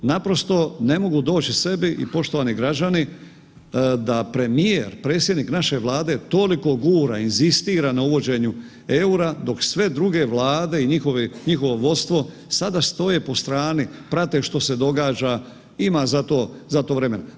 Naprosto ne mogu doći sebi i poštovani građani da premijer, predsjednik naše Vlade toliko gura, inzistira na uvođenju EUR-a, dok sve druge Vlade i njihovo vodstvo sada stoje po strani, prate što se događa, ima za to, za to vremena.